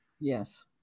yes